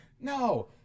No